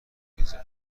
میزدم